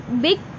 big